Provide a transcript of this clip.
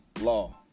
law